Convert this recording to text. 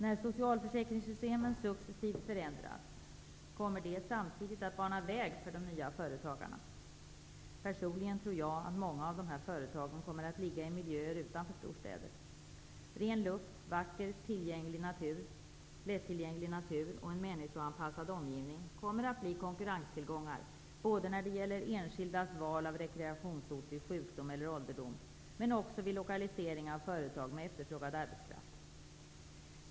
När socialförsäkringssystemen successivt förändras, kommer det samtidigt att bana väg för de nya företagarna. Personligen tror jag att många av dessa företag kommer att ligga i miljöer utanför storstäder. Ren luft, vacker och lättillgänglig natur och en människoanpassad omgivning kommer att bli konkurrenstillgångar såväl vad gäller enskildas val av rekreationsort vid sjukdom eller ålderdom som vid lokalisering av företag med efterfrågad arbetskraft.